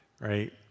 right